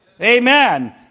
Amen